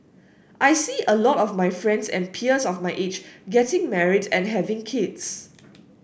I see a lot of my friends and peers of my age getting married and having kids